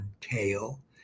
tail